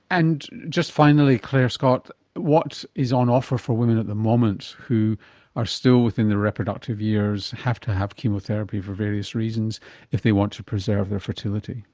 and just finally clare scott what is on offer for women at the moment who are still within their reproductive years have to have chemotherapy for various reasons if they want to preserve their fertility?